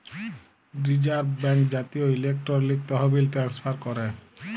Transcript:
reserve bank জাতীয় electronic তহবিল transfer ক্যরে